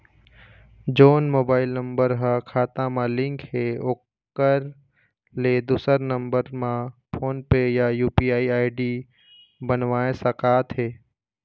जोन mobile number हा खाता मा लिन्क हे ओकर ले दुसर नंबर मा फोन पे या यू.पी.आई आई.डी बनवाए सका थे?